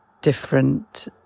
different